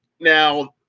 Now